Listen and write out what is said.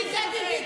התפיסה שלי,